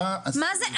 מה זה?